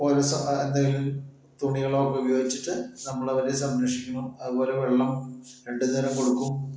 ഒരു സ എന്തെങ്കിലും തുണികളൊക്കെ ഉപയോഗിച്ചിട്ട് നമ്മൾ അവരെ സംരക്ഷിക്കുന്നു അതുപോലെ വെള്ളം രണ്ടുനേരം കൊടുക്കും